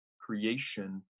creation